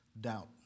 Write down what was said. doubt